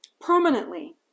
permanently